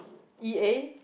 E_A